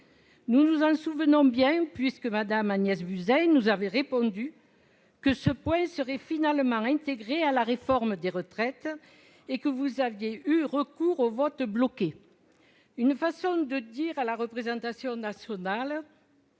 Nous nous en souvenons bien, puisque Mme Agnès Buzyn nous avait répondu que ce point serait finalement intégré à la réforme des retraites et que vous aviez eu recours au vote bloqué. C'était une façon de dire à la représentation nationale